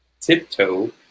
tiptoe